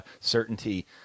certainty